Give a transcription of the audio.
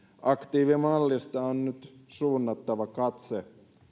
aktiivimallista on nyt suunnattava katse